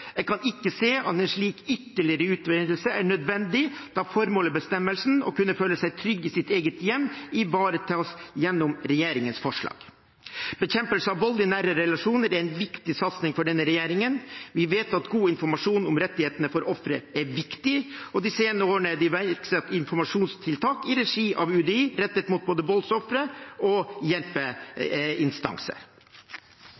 Jeg kan ikke se at en slik ytterligere utvidelse er nødvendig, da formålet med bestemmelsen, det å kunne føle seg trygg i sitt eget hjem, ivaretas gjennom regjeringens forslag. Bekjempelse av vold i nære relasjoner er en viktig satsing for denne regjeringen. Vi vet at god informasjon om rettighetene for ofre er viktig, og de senere årene er det iverksatt informasjonstiltak i regi av UDI rettet mot både voldsofre og